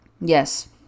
yes